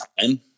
time